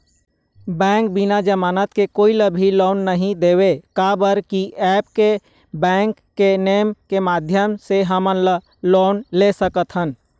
Bank बिना जमानत के कोई ला भी लोन नहीं देवे का बर की ऐप बैंक के नेम के माध्यम से हमन लोन ले सकथन?